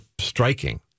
striking